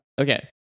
Okay